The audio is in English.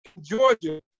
Georgia